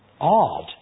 odd